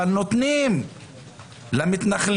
אבל נותנים למתנחלים,